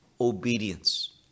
obedience